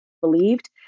believed